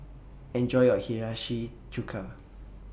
Enjoy your Hiyashi Chuka